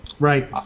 Right